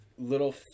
Little